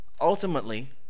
Ultimately